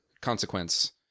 consequence